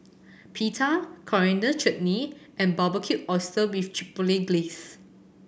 Pita Coriander Chutney and Barbecued Oyster Chipotle Glaze